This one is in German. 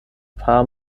paar